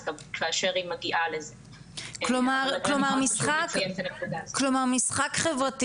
אז גם כאשר היא מגיעה --- כלומר משחק חברתי